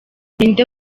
ninde